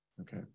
Okay